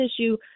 issue